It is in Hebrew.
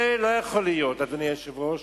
זה לא יכול להיות, אדוני היושב-ראש.